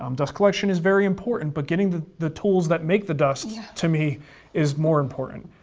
um dust collection is very important, but getting the the tools that make the dust to me is more important.